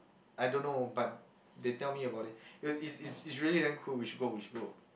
I don't know but they tell me about it it was is is is really damn cool we should go we should go